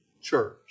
church